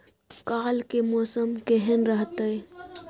काल के मौसम केहन रहत?